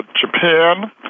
Japan